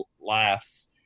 laughs